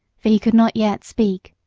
for he could not yet speak.